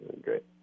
Great